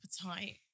appetite